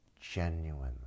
genuinely